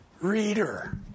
Reader